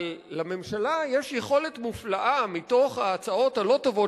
אבל לממשלה יש יכולת מופלאה מתוך ההצעות הלא-טובות